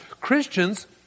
Christians